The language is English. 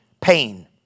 pain